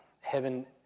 heaven